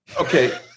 Okay